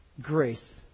Grace